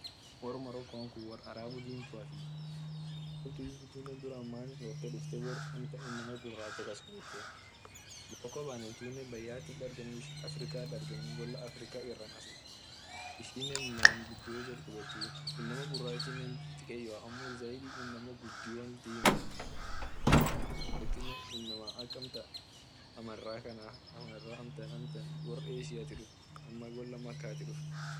Wor morocco wor arabu dimtuatii inama kunne duran many tok dufte wor africa kas kubete morocco baneti ishin bayat hindargenu africat dargeni africa irana sun ishinne manya gudio jal kubeti inama gurachi dikeyoa zaidi inama gudete dimaa inama ak amtan amara kanaa inama amtan wor asiati duft ka gola makati duft